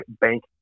bank